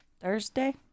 Thursday